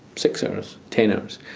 six hours, ten hours?